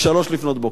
ב-03:00, לפנות בוקר.